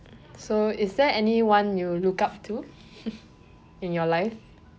so is there anyone you look up to in your life